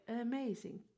amazing